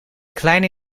kleine